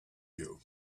you